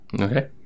Okay